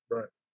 Right